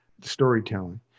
storytelling